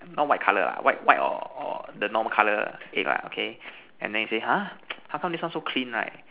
not white color ah white white or or the normal color egg lah okay and then he say !huh! how come this one so clean right